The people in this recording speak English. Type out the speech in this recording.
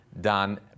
done